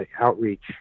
outreach